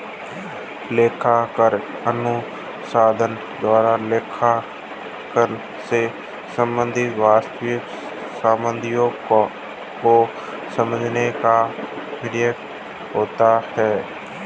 लेखांकन अनुसंधान द्वारा लेखांकन से संबंधित वास्तविक समस्याओं को समझाने का प्रयत्न होता है